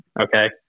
Okay